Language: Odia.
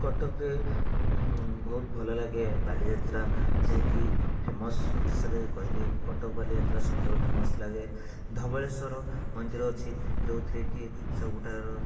କଟକରେ ବହୁତ୍ ଭଲ ଲାଗେ ବାଲିଯାତ୍ରା ଯିଏକି ଫେମସ୍ ଓଡ଼ିଶାରେ କହିଲେ କଟକ ବାଲିଯାତ୍ରା ସବୁଠାରୁ ଫେମସ୍ ଲାଗେ ଧବଳେଶ୍ୱର ମନ୍ଦିର ଅଛି ଯେଉଁଥିରେକି ସବୁଠାରୁ